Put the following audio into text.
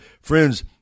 friends